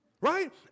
right